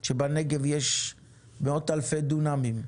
אף על פי שיש שם מאות אלפי דונמים.